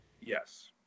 Yes